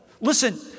Listen